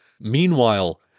Meanwhile